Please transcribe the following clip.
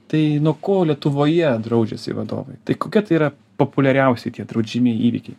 tai nuo ko lietuvoje draudžiasi vadovai tai kokia tai yra populiariausi tie draudžiamieji įvykiai